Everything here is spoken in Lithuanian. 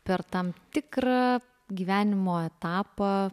per tam tikrą gyvenimo etapą